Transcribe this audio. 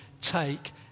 take